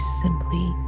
simply